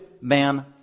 man